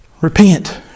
Repent